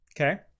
Okay